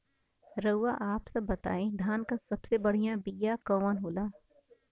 रउआ आप सब बताई धान क सबसे बढ़ियां बिया कवन होला?